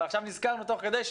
אבל עכשיו נזכרנו תוך כדי,